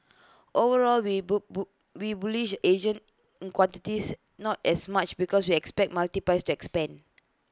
overall we boo boo we bullish Asian in quantities not as much because we expect multiples to expand